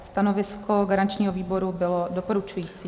Stanovisko garančního výboru bylo doporučující.